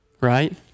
right